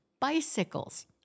bicycles